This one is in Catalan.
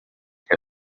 que